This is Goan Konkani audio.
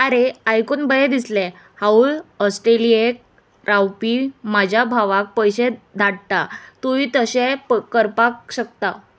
आरे आयकून बरें दिसलें हांवूय ऑस्ट्रेलियेक रावपी म्हाज्या भावाक पयशे धाडटा तुंवूय तशें करपाक शकता